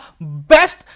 best